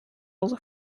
also